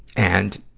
and,